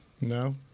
No